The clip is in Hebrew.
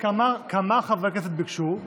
כנסת ביקשו,